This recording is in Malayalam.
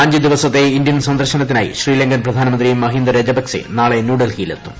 അഞ്ച് ദിവസത്തെ ഇന്ത്യൻ സന്ദർശനത്തിനായി ശ്രീലങ്കൻ പ്രധാനമന്ത്രി മഹീന്ദ രാജപക്സെ നാളെ ന്യൂഡൽഹിയിലെത്തും